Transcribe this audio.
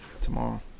tomorrow